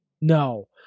No